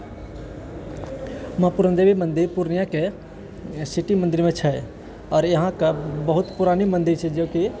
माँ पूरन देवी मंदिर पूर्णियाँ के सिटी मन्दिरमे यहाँके बहुत पुरानी मंदिर छै जे कि